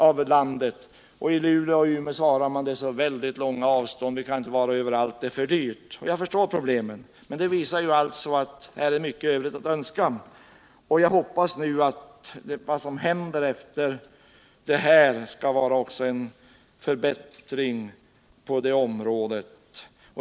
I Luleå och Umeå svarar man att avstånden är så långa, att man inte kan vara överallt, eftersom det är för dyrt. Jag förstår problemen. Men allt detta visar att det är mycket övrigt att önska. Jag hoppas att det hädanefter skall bli bättre också på det här området.